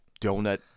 donut –